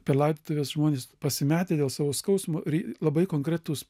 per laidotuves žmonės pasimetę dėl savo skausmo ir labai konkretūs